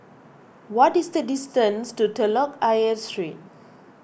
what is the distance to Telok Ayer Street